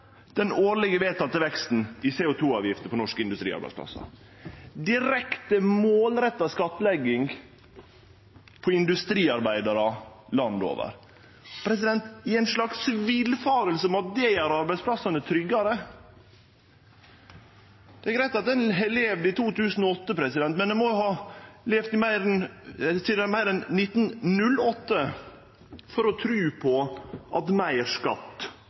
den vedtekne årlege veksten i CO 2 -avgifter på norske industriplassar. Det er ei direkte og målretta skattlegging av industriarbeidarar landet over – i ei slags villfaring om at det gjer arbeidsplassane tryggare. Det er greitt at ein levde i 2008, men ein må jo ha levd lenger enn sidan 1908 for å tru på at meir skatt